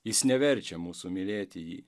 jis neverčia mūsų mylėti jį